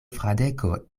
fradeko